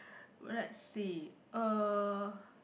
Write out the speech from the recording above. well let's see uh